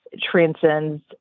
transcends